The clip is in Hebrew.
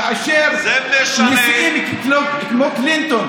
כאשר נשיאים כמו קלינטון,